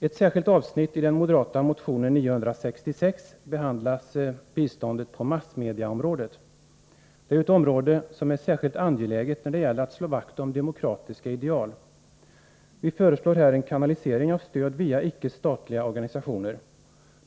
Ett särskilt avsnitt i den moderata motionen 966 behandlar biståndet på massmedieområdet. Det är ju ett område som är särskilt angeläget när det gäller att slå vakt om demokratiska ideal. Vi föreslår här en kanalisering av stöd via icke statliga organisationer.